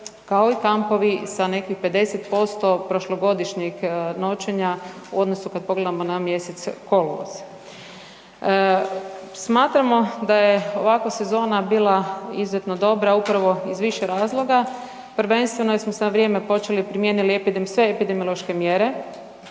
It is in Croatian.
kao i kampovi sa nekih 50% prošlogodišnjih noćenja u odnosu kada pogledamo na mjesec kolovoz. Smatramo da je ovakva sezona bila izuzetno dobra upravo iz više razloga, prvenstveno jer smo se na vrijeme primijenili sve epidemiološke mjere